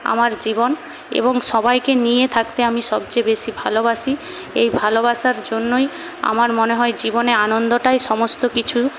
আমার জীবন এবং সবাইকে নিয়ে থাকতে আমি সবচেয়ে বেশী ভালোবাসি এই ভালোবাসার জন্যই আমার মনে হয় জীবনে আনন্দটাই সমস্ত কিছু